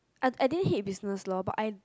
I I didn't hate business lor but I